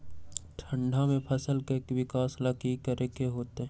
ठंडा में फसल के विकास ला की करे के होतै?